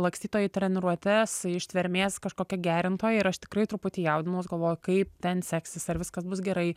lankstytoja į treniruotes ištvermės kažkokia gerintoja ir aš tikrai truputį jaudinaus galvoju kaip ten seksis ar viskas bus gerai